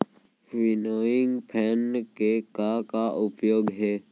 Winnowing fan के का का उपयोग हे?